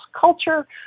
culture